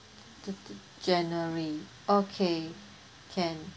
th~ third january okay can